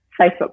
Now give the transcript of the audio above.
Facebook